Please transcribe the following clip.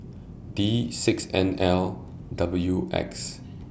D six N L W X